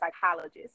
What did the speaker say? psychologist